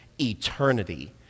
eternity